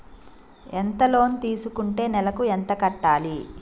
ఎంత లోన్ తీసుకుంటే నెలకు ఎంత కట్టాలి?